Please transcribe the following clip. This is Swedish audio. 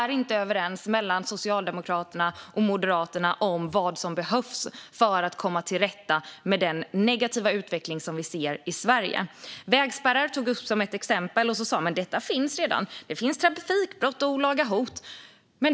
Socialdemokraterna och Moderaterna är inte överens om vad som behövs för att komma till rätta med den negativa utveckling som vi ser i Sverige. Vägspärrar togs upp som ett exempel, och Gustaf Lantz sa att det redan finns lagstiftning som handlar om trafikbrott och olaga hot.